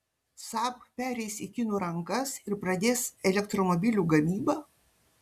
saab pereis į kinų rankas ir pradės elektromobilių gamybą